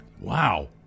Wow